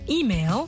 email